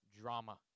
drama